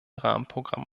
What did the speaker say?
rahmenprogramm